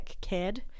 kid